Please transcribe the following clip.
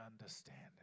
understanding